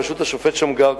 בראשות השופט שמגר,